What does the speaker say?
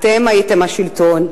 אתם הייתם השלטון,